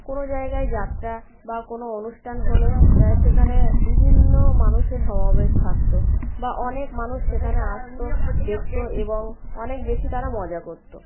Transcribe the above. কোনো জায়গায় যাত্রা বা কোনো অনুষ্ঠান হলে সেখানে বিভিন্ন মানুষের সমবেশ থাকতো বা অনেক মানুষ সেখানে আসতো দেখতো এবং অনেক বেশি তারা মজা করতো